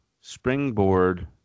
springboard